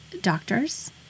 doctors